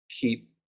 keep